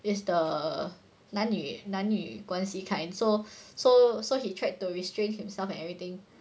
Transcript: is the 男女男女关系 kind so so so he tried to restrain himself and everything